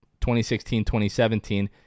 2016-2017